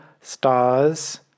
stars